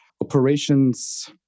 operations